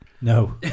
No